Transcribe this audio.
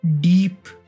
Deep